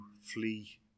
flee